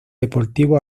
deportivo